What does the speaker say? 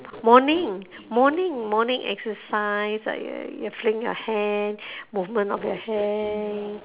morning morning morning exercise like you fling your hand movement of your hand